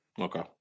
Okay